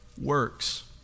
works